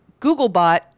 Googlebot